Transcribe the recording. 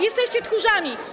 Jesteście tchórzami.